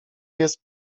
jest